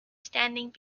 standing